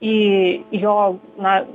į jo na